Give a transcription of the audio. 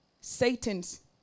Satan's